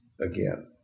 again